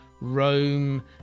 Rome